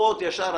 ברור שיש שאלות.